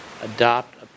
adopt